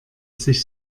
sich